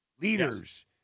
leaders